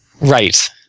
Right